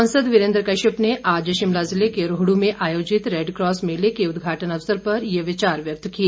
सांसद वीरेन्द्र कश्यप ने आज शिमला जिले के रोहडू में आयोजित रैडक्रॉस मेले के उदघाटन अवसर पर ये विचार व्यक्त किए